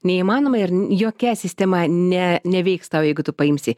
neįmanoma ir jokia sistema ne neveiks tau jeigu tu paimsi